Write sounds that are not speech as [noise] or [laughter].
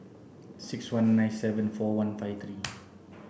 six one nine seven four one five three [noise]